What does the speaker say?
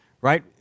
right